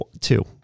two